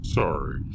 sorry